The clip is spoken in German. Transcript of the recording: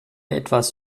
etwas